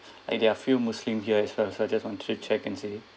and there are few muslim as well so I just want to check and see